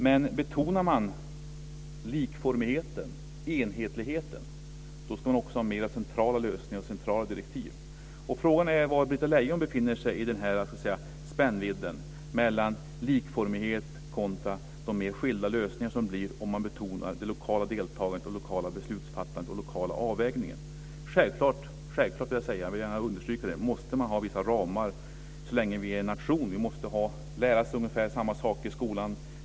Men om man betonar likformigheten och enhetligheten ska man också ha mer centrala lösningar och centrala direktiv. Frågan är var Britta Lejon befinner sig i spännvidden mellan likformighet och de mer skilda lösningar som det blir om man betonar det lokala deltagandet, det lokala beslutsfattandet och den lokala avvägningen. Självfallet - det vill jag gärna understryka - måste det finnas vissa ramar så länge vi är en nation. Vi måste lära oss ungefär samma saker i skolan.